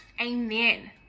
Amen